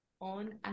On